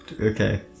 Okay